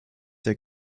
der